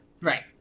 Right